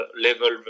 level